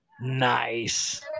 Nice